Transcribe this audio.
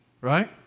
right